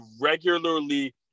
regularly